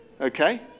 okay